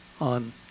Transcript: on